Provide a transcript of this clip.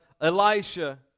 Elisha